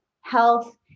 health